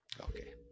Okay